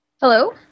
Hello